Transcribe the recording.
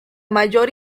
mayor